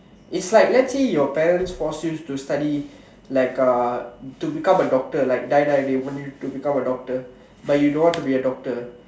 it's like let's say your parents force you to study like uh to become a doctor like die die they want you to become a doctor but you don't want to be a doctor